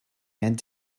aunt